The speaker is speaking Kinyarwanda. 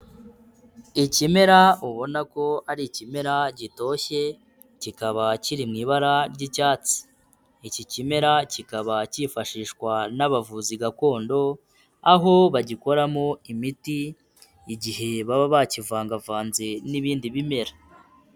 Ikimera ubona ko ari ikimera gitoshye, kikaba kiri mu ibara ry'icyatsi, iki kimera kikaba cyifashishwa n'abavuzi gakondo, aho bagikoramo imiti igihe baba bakivangavanze n'ibindi bimera.